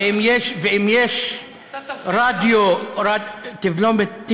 ואם יש רדיו, רק של הרשות.